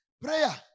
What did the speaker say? Prayer